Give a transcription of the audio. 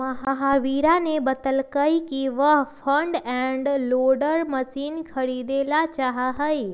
महावीरा ने बतल कई कि वह फ्रंट एंड लोडर मशीन खरीदेला चाहा हई